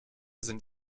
sind